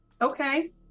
Okay